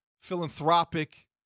philanthropic